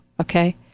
okay